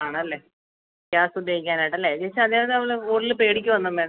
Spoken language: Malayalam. ആണല്ലേ ഗ്യാസുപയോഗിക്കാനായിട്ടല്ലേ ചേച്ചി അതായത് നമ്മൾ കൂടുതൽ പേടിക്കുകയൊന്നും വേണ്ട